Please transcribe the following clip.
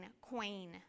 queen